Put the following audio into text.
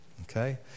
okay